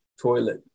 toilet